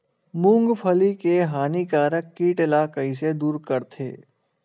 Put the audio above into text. मूंगफली के हानिकारक कीट ला कइसे दूर करथे?